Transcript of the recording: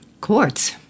courts